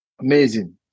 amazing